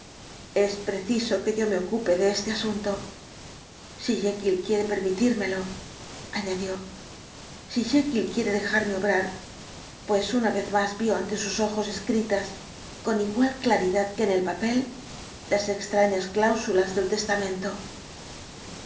es preciso que yo me ocupe de este asunto si jekyll quiere permitírmelo añadió si jekyll quiere dejarme obrar pues una vez más vio ante sus ojos escritas con igual claridad que en el papel las extrañas cláusulas del testamento